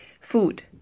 Food